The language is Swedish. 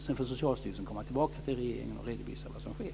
Sedan får Socialstyrelsen komma tillbaka till regeringen och redovisa vad som sker.